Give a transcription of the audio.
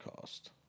cost